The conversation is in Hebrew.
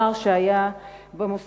חברת הכנסת אנסטסיה מיכאלי, הצעה אחרת, בבקשה.